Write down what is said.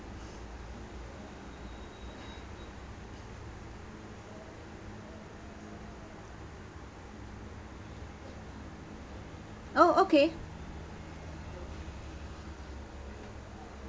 oh okay